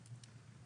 בסוף הסיבה,